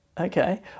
Okay